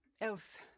Else